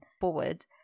forward